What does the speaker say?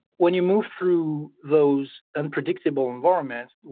when you move through those unpredictable environments,